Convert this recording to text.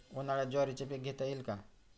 उन्हाळ्यात ज्वारीचे पीक घेता येईल का?